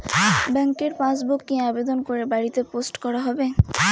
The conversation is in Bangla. ব্যাংকের পাসবুক কি আবেদন করে বাড়িতে পোস্ট করা হবে?